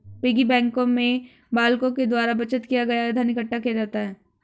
piggy bank में बालकों के द्वारा बचत किया गया धन इकट्ठा किया जाता है